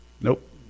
Nope